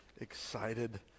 excited